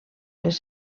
les